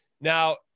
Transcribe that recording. Now